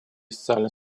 социальный